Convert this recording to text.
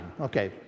Okay